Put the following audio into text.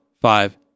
five